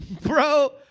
bro